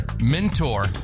mentor